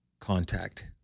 contact